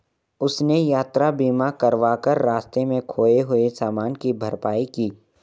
उसने यात्रा बीमा करवा कर रास्ते में खोए हुए सामान की भरपाई की